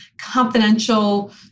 confidential